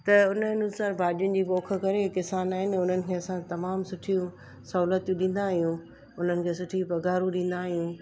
त उन अनुसारु भाॼियुनि जी पोख करे किसान आहिनि उन्हनि खे असां तमामु सुठियूं सहुलियतूं ॾींदा आहियूं उन्हनि खे सुठी पघारुं ॾींदा आहियूं